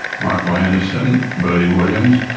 michael anderson, bertie williams,